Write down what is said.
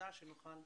סדר